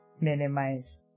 minimize